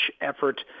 effort